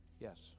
Yes